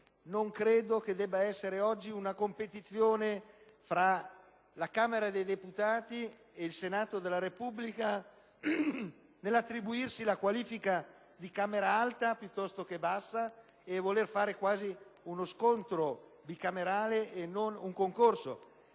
non credo che debba esserci oggi una competizione tra la Camera dei deputati e il Senato della Repubblica nell'attribuirsi la qualifica di Camera alta piuttosto che bassa e che si debba fare quasi uno scontro bicamerale e non un concorso.